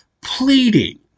pleading